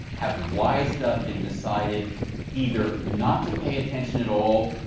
have wised up and decided either not to pay attention at all,